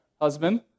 Husband